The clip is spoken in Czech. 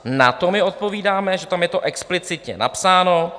Na to my odpovídáme, že tam je to explicitně napsáno.